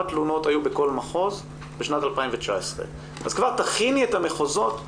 תלונות היו בכל מחוז בשנת 2019. כבר תכיני את המחוזות.